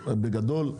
בגדול,